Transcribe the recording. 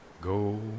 go